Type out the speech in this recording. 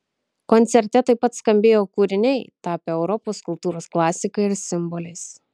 koncerte taip pat skambėjo kūriniai tapę europos kultūros klasika ir simboliais